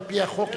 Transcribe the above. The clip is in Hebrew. על-פי החוק,